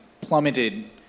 plummeted